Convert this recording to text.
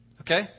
Okay